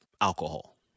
alcohol